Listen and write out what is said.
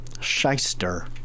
Shyster